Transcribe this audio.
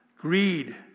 greed